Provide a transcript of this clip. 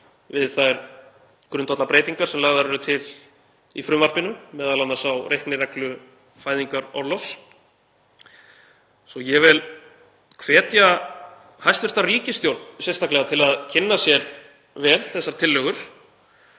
við þær grundvallarbreytingar sem lagðar eru til í frumvarpinu, m.a. á reiknireglu fæðingarorlofs. Ég vil hvetja hæstv. ríkisstjórn sérstaklega til að kynna sér vel þessar tillögur